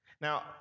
Now